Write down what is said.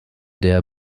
der